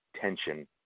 tension